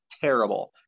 terrible